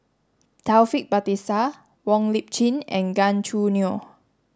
Taufik Batisah Wong Lip Chin and Gan Choo Neo